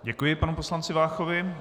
Děkuji panu poslanci Váchovi.